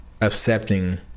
accepting